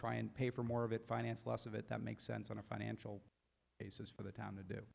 try and pay for more of it financed less of it that makes sense on a financial basis for the town to do